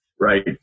right